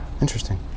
Interesting